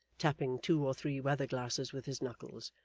tapping two or three weather-glasses with his knuckles.